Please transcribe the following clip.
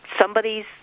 somebody's